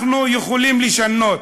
אנחנו יכולים לשנות.